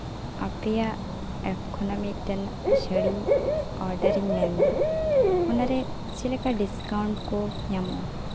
ᱟᱯᱮᱭᱟᱜ ᱮᱯ ᱠᱷᱚᱱᱟᱜ ᱢᱤᱫᱴᱮᱱ ᱥᱟᱹᱲᱤ ᱚᱰᱟᱨᱤᱧ ᱢᱮᱱᱫᱟ ᱚᱱᱟᱨᱮ ᱪᱮᱫ ᱞᱮᱠᱟ ᱰᱤᱥᱠᱟᱣᱩᱱᱴ ᱠᱚ ᱧᱟᱢᱚᱜᱼᱟ